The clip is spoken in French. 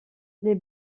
les